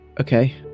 Okay